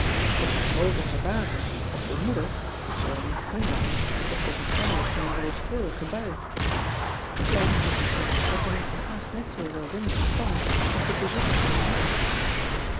ot haar groote verbazing was de oeder zooal niet glimlachend toch oogenschijnlijk in een rooskleurige bui e kleine erusha werd tenminste haast net zoo welwillend ontvangen als de bezoekers van dien middag